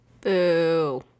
Boo